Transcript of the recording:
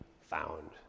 found